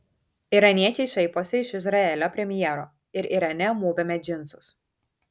iraniečiai šaiposi iš izraelio premjero ir irane mūvime džinsus